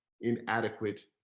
inadequate